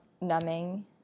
numbing